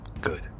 Good